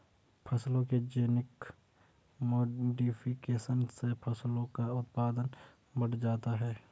फसलों के genetic modification से फसलों का उत्पादन बढ़ जाता है